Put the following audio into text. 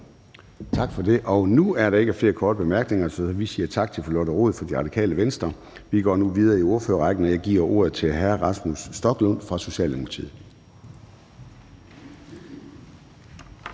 Tak for det. Nu er der ikke flere korte bemærkninger, så vi siger tak til fru Lotte Rod fra Radikale Venstre. Vi går nu videre i ordførerrækken, og jeg giver ordet til hr. Rasmus Stoklund fra Socialdemokratiet.